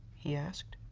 he asked.